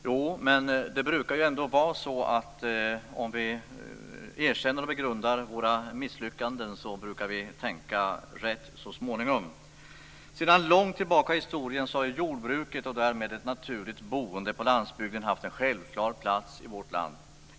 Jo, men det brukar ju ändå vara så att om vi erkänner och begrundar våra misslyckanden brukar vi tänka rätt så småningom. Sedan långt tillbaka i historien har ju jordbruket, och därmed ett naturligt boende på landsbygden, haft en självklar plats i vårt land.